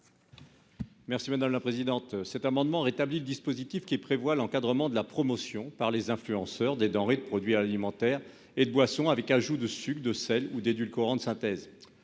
Cet amendement a pour objet de rétablir le dispositif qui prévoit l'encadrement de la promotion, par les influenceurs, de denrées, de produits alimentaires et de boissons avec ajout de sucres, de sel ou d'édulcorants de synthèse.